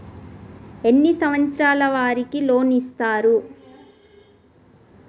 ఎన్ని సంవత్సరాల వారికి లోన్ ఇస్తరు?